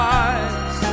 eyes